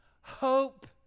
hope